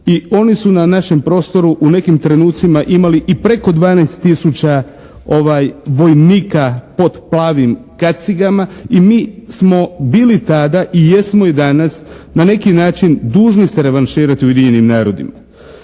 i oni su na našem prostoru u nekim trenucima imali i preko 12 tisuća vojnika pod plavim kacigama. I mi smo bili tada i jesmo i danas na neki način dužni se revanširati Ujedinjenim narodima.